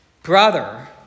Brother